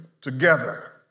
together